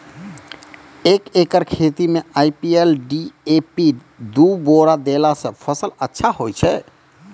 एक एकरऽ खेती मे आई.पी.एल डी.ए.पी दु बोरा देला से फ़सल अच्छा होय छै?